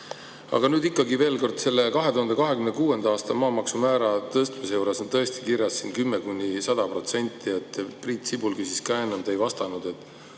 Aga nüüd ikkagi veel kord: selle 2026. aasta maamaksumäära tõstmise juures on tõesti kirjas 10–100%. Priit Sibul küsis ka enne, te ei vastanud.